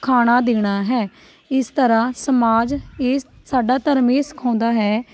ਖਾਣਾ ਦੇਣਾ ਹੈ ਇਸ ਤਰ੍ਹਾਂ ਸਮਾਜ ਇਹ ਸਾਡਾ ਧਰਮ ਇਹ ਸਿਖਾਉਂਦਾ ਹੈ